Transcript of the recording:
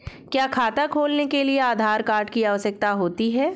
क्या खाता खोलने के लिए आधार कार्ड की आवश्यकता होती है?